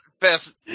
Best